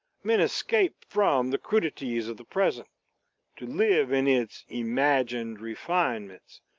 men escape from the crudities of the present to live in its imagined refinements,